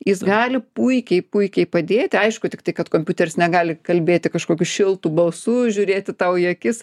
jis gali puikiai puikiai padėti aišku tik tai kad kompiuteris negali kalbėti kažkokiu šiltu balsu žiūrėti tau į akis